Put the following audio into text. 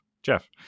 Jeff